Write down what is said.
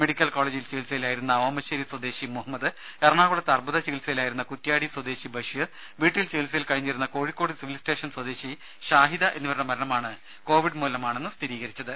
medical കോളജിൽ ചികിത്സയിലായിരുന്ന ഓമശേരി സ്വദേശി മുഹമ്മദ് എറണാകുളത്ത് അർബുദ ചികിത്സയിലായിരുന്ന കുറ്റ്യാടി സ്വദേശി ബഷീർ വീട്ടിൽ ചികിത്സയിൽ കഴിഞ്ഞിരുന്ന കോഴിക്കോട് സിവിൽ സ്റ്റേഷൻ സ്വദേശി ഷാഹിദ എന്നിവരുടെ മരണമാണ് കോവിഡ് മൂലമാണെന്ന് സ്ഥിരീകരിച്ചത്